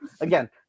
Again